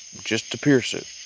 just to pierce it